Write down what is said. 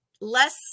less